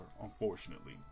unfortunately